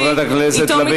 חברת הכנסת לביא,